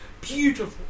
beautiful